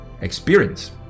experience